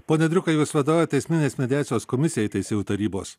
pone driukai jūs vadovaujate teisminės mediacijos komisijai teisėjų tarybos